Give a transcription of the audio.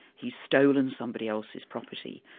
he's stolen somebody else's property.